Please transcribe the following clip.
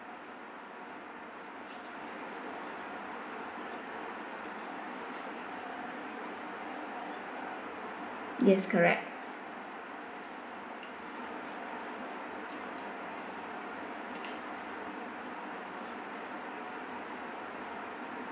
yes correct